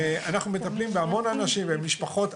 אנחנו מטפלים בהמון אנשים ומשפחות,